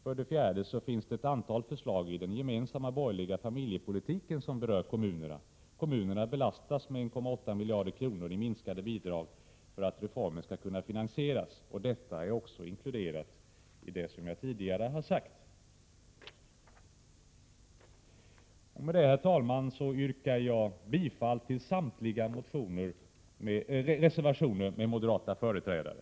För det fjärde finns det ett antal förslag i den gemensamma borgerliga familjepolitiken som berör kommunerna. De belastas med 1,8 miljarder kronor i minskade bidrag för att reformen skall kunna finansieras. Detta är också inkluderat i det som jag tidigare har sagt. Herr talman! Jag yrkar bifall till samtliga reservationer med moderata företrädare.